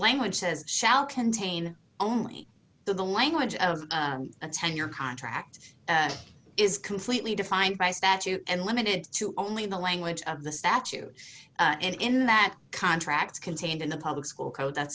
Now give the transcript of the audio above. language says shall contain only the language of a ten year contract is completely defined by statute and limited to only the language of the statute and in that contract contained in the public school code that